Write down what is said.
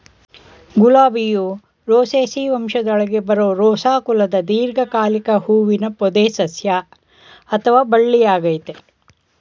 ಗುಲಾಬಿಯು Rosaceae ವಂಶದೊಳಗೆ ಬರೋ Rosa ಕುಲದ ದೀರ್ಘಕಾಲಿಕ ಹೂವಿನ ಪೊದೆಸಸ್ಯ ಅಥವಾ ಬಳ್ಳಿಯಾಗಯ್ತೆ